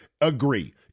agree